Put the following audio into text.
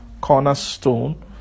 cornerstone